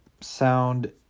sound